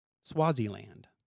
Swaziland